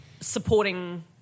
supporting